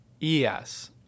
Yes